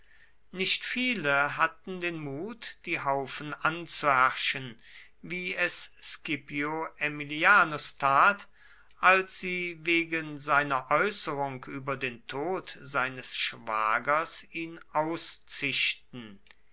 nicht viele hatten den mut die haufen anzuherrschen wie es scipio aemilianus tat als sie wegen seiner äußerung über den tod seines schwagers ihn auszischten